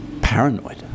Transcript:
paranoid